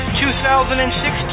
2016